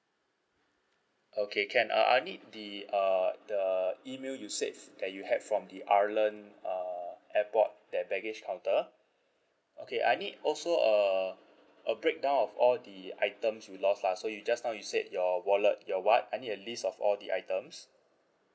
okay can uh I'll need the uh the email you said that you had from the ireland uh airport that baggage counter okay I need also uh a breakdown of all the items you lost lah so you just now you said your wallet your what I need a list of all the items